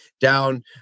down